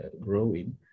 growing